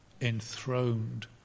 enthroned